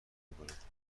میکند